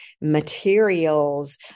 materials